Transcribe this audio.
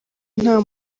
nta